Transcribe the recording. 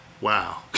wow